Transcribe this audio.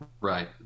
Right